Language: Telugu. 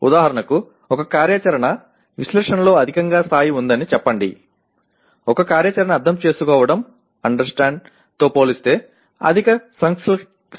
ఉదాహరణకు ఒక కార్యాచరణ విశ్లేషణలో అధికంగా స్థాయి ఉందని చెప్పండి ఒక కార్యాచరణ అర్థం చేసుకోవడంఅండర్ స్టాండ్ తో పోలిస్తే అధిక సంక్లిష్టత గల కార్యాచరణ